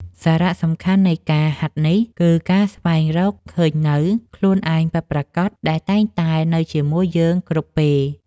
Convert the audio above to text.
សារៈសំខាន់នៃការហាត់នេះ គឺការស្វែងរកឃើញនូវខ្លួនឯងពិតប្រាកដ ដែលតែងតែនៅជាមួយយើងគ្រប់ពេល។